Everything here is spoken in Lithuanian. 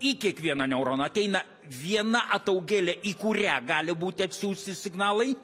į kiekvieną neuroną ateina viena ataugėlė į kurią gali būti atsiųsti signalai